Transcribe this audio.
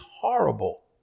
horrible